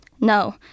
No